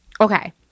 Okay